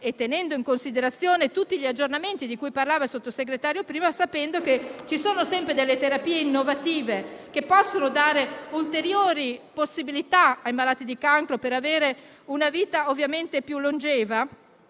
tenendo in considerazione tutti gli aggiornamenti di cui parlava il Sottosegretario prima e sapendo che ci sono sempre delle terapie innovative che possono dare ulteriori possibilità ai malati di cancro per avere una vita più longeva,